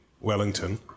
Wellington